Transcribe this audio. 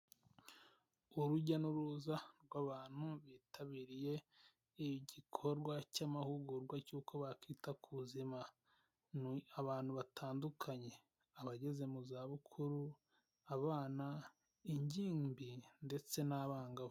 Urujya n'uruza rw'abantu bitabiriye igikorwa cy'amahugurwa cy'uko bakita ku buzima. Ni abantu batandukanye, abageze mu zabukuru, abana, ingimbi ndetse n'abangavu.